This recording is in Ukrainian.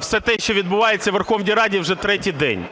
все те, що відбувається у Верховній Раді вже третій день.